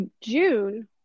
june